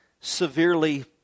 severely